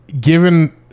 given